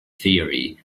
theory